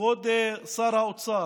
כבוד שר האוצר,